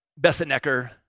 Bessenecker